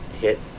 hit